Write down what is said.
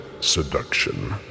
seduction